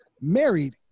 married